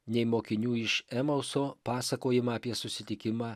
nei mokinių iš emauso pasakojimą apie susitikimą